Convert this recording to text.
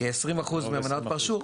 כ-20% מהמנהלות פרשו,